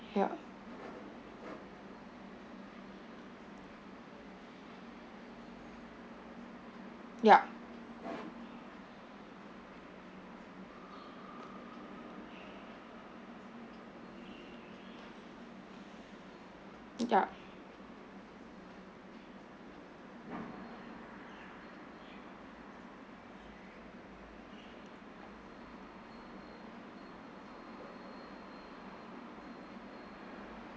ya ya ya